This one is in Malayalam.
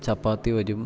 ചപ്പാത്തി വരും